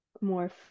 more